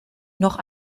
noch